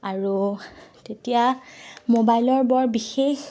আৰু তেতিয়া মোবাইলৰ বৰ বিশেষ